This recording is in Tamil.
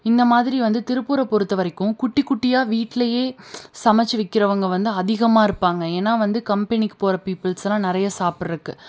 இந்தமாதிரி வந்து திருப்பூரை பொறுத்த வரைக்கும் குட்டி குட்டியாக வீட்லேயே சமைச்சி விக்கிறவங்க வந்து அதிகமாக இருப்பாங்க ஏன்னா வந்து கம்பெனிக்கு போகிற பீப்புல்ஸ்லாம் நிறைய சாப்புட்றதுக்கு